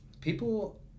People